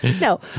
No